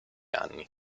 anni